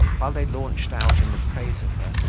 while they launched out in the praise of her,